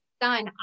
done